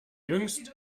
jüngst